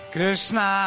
Krishna